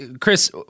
Chris